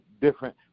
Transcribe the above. different